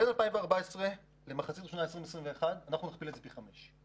בין 2014 למחצית הראשונה של 2021 אנחנו נכפיל את זה פי חמישה.